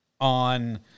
on